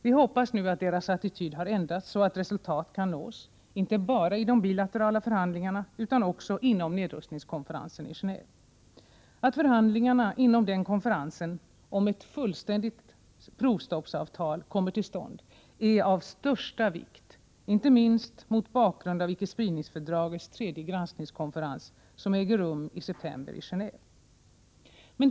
Vi hoppas nu att deras attityd har ändrats så att resultat kan nås, inte bara i de bilaterala förhandlingarna utan också inom nedrustningskonferensen i Genéve. Att förhandlingar inom den konferensen om ett fullständigt provstoppsavtal kommer till stånd är av största vikt, inte minst mot bakgrund av icke-spridningsfördragets tredje granskningskonferens, som äger rum i september i Geneve.